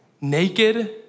naked